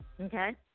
Okay